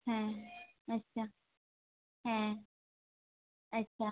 ᱦᱮᱸ ᱟᱪᱪᱷᱟ ᱦᱮᱸ ᱟᱪᱪᱷᱟ